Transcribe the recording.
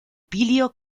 píleo